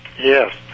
Yes